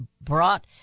brought